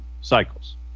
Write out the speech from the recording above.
cycles